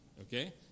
Okay